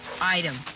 Item